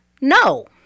no